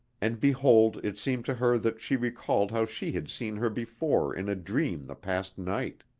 and behold it seemed to her that she recalled how she had seen her before in a dream the past night.